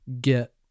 get